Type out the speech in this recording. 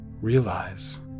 Realize